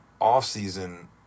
Off-season